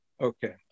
Okay